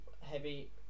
heavy